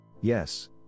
Yes